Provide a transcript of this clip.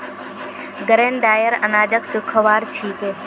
grain dryer अनाजक सुखव्वार छिके